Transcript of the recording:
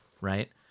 right